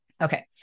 Okay